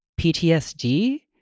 PTSD